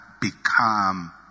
become